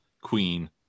queen